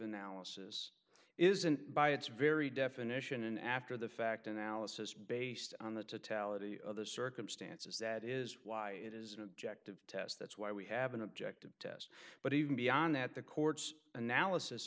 analysis isn't by its very definition an after the fact analysis based on the tell it any other circumstances that is why it is an objective test that's why we have an objective test but even beyond that the courts analysis